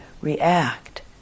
react